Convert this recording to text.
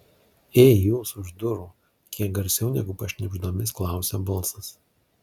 ei jūs už durų kiek garsiau negu pašnibždomis klausia balsas